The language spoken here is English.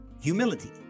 Humility